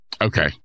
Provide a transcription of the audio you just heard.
Okay